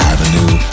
Avenue